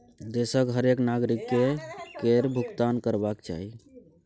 देशक हरेक नागरिककेँ कर केर भूगतान करबाक चाही